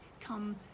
come